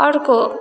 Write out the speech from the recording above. अर्को